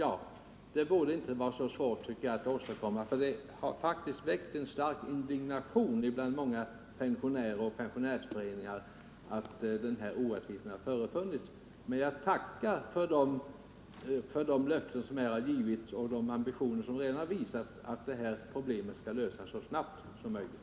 Att den här orättvisan förefunnits har faktiskt väckt en stark indignation hos många pensionärer och pensionärsföreningar. Men jag tackar för de löften som här har givits och för den ambition som redan visats när det gäller att lösa problemet så snabbt som möjligt.